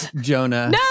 Jonah